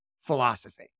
philosophy